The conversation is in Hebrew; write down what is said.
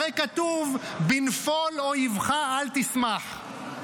הרי כתוב "בנפול אויבך, אל תשמח",